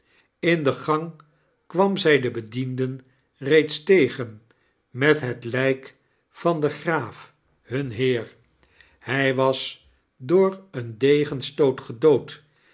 in de gang kwam zij de bedienden reeds tegen met het ljjk van den graaf hun heer hi was door een degenstoot gedood